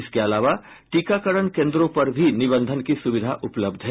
इसके अलावा टीकाकरण केन्द्रों पर भी निबंधन की सुविधा उपलब्ध है